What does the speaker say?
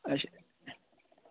अच्छा